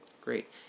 great